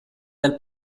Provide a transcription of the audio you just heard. del